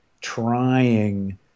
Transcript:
trying